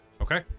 Okay